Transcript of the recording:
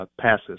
passes